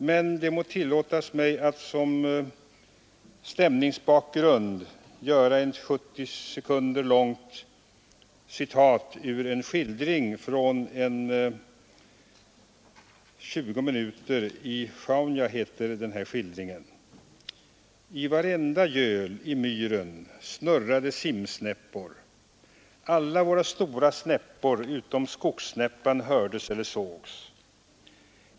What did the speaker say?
Men det må ändå tillåtas mig att som stämningsbakgrund göra ett 70 sekunder långt citat ur en skildring av Sjaunja i Sveriges natur: ”I varenda göl i myren snurrade simsnäppor. Alla våra stora snäppor utom skogssnäppan hördes eller sågs.